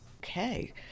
Okay